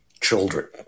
children